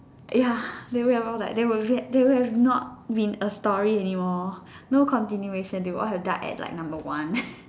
ya they would have all died they would yet they would have not been a story anymore no continuation they would have all died at like number one